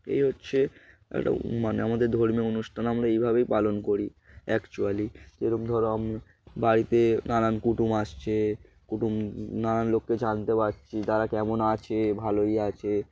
এই হচ্ছে একটা মানে আমাদের ধর্মীয় অনুষ্ঠান আমরা এইভাবেই পালন করি অ্যাকচুয়ালি যেরকম ধরো বাড়িতে নানান কুটুম আসছে কুটুম নানান লোককে জানতে পারছি তারা কেমন আছে ভালোই আছে